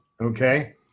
Okay